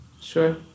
Sure